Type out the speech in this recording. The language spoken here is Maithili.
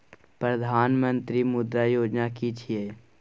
प्रधानमंत्री मुद्रा योजना कि छिए?